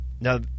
Now